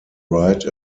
ride